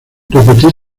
repetidos